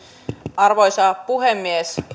arvoisa puhemies